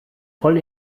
voll